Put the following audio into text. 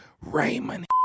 Raymond